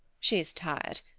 she is tired.